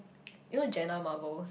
you know Jenna-Marbles